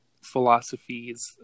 philosophies